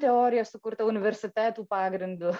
teorija sukurta universitetų pagrindu